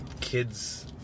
kids